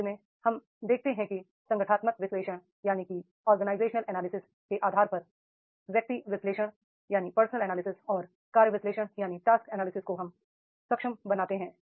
अंत में हम देखते हैं कि ऑर्गेनाइजेशनल एनालिसिस के आधार पर पर्सनल एनालिसिस और टास्क एनालिसिस को हम सक्षम बनाते हैं